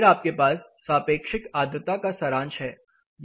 फिर आपके पास सापेक्षिक आद्रता का सारांश है